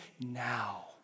now